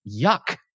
Yuck